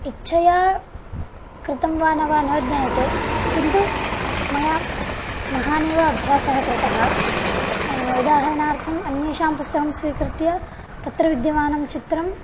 इच्छया कृतं वा न वा न ज्ञायते किन्तु मया महानेव अभ्यासः कृतः उदाहरणार्थम् अन्येषां पुस्तकं स्वीकृत्य तत्र विद्यमानं चित्रं